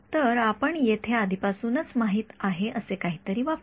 तर आपण येथे आधीपासूनच माहित आहे असे काहीतरी वापरू